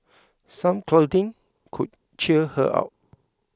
some cuddling could cheer her up